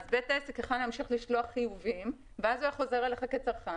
אז בית העסק יכול להמשיך לשלוח חיובים ואז הוא היה חוזר אליך כצרכן,